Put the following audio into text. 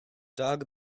dog